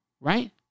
Right